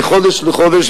מחודש לחודש,